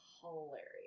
hilarious